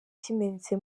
kimenetse